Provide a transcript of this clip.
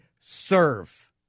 serve